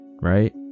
right